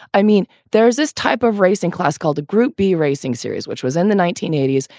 i mean, there is this type of racing class called group b racing series, which was in the nineteen eighty s,